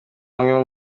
amwe